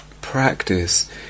practice